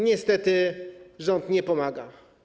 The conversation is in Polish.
Niestety, rząd nie pomaga.